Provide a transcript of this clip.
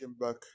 back